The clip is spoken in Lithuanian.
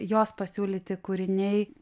jos pasiūlyti kūriniai